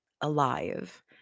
alive